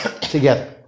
together